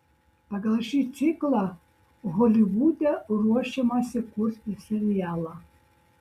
pagal šį ciklą holivude ruošiamasi kurti serialą